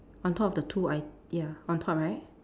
on top of the two it~ ya on top right